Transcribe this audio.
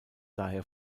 daher